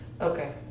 Okay